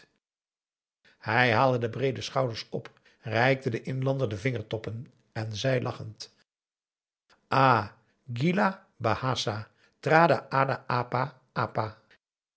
hij haalde de breede schouders op reikte den inlander de vingertoppen en zei lachend ah gila behasa trada